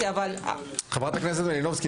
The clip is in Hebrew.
חברת הכנסת מלינובסקי,